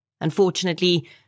Unfortunately